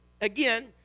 Again